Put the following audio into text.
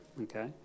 Okay